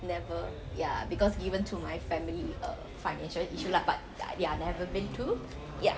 never ya because given to my family uh financial issue lah but ya ya I never been to ya